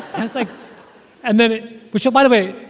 i was like and then it which by the way,